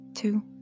Two